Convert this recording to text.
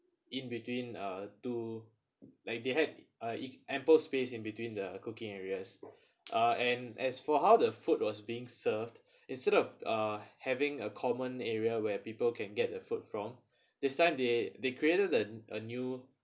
in between uh to like they had uh e~ ample space in between the cooking areas uh and as for how the food was being served instead of uh having a common area where people can get a food from this time they they created the a new